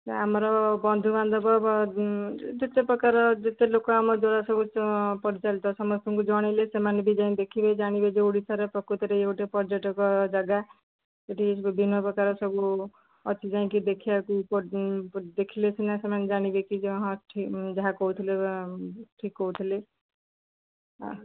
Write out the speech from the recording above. ଆମର ବନ୍ଧୁବାନ୍ଧବ ଯେତେ ପ୍ରକାର ଯେତେ ଲୋକ ଆମ ଦ୍ୱାରା ସବୁ ପରିଚାଳିତ ସମସ୍ତଙ୍କୁ ଜଣେଇଲେ ସେମାନେ ବି ଯାଇ ଦେଖିବେ ଜାଣିବେ ଯେ ଓଡ଼ିଶାର ପ୍ରକୃତରେ ଗୋଟେ ପର୍ଯ୍ୟଟକ ଜାଗା ସେଠି ବିଭିନ୍ନ ପ୍ରକାର ସବୁ ଅଛି ଯାଇକି ଦେଖିବାକୁ ଦେଖିଲେ ସିନା ସେମାନେ ଜାଣିବେ କି ହଁ ଯାହା କହୁଥିଲେ ଠିକ୍ କହୁଥିଲେ